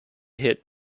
hit